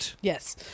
yes